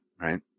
Right